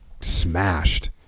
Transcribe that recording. smashed